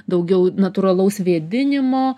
daugiau natūralaus vėdinimo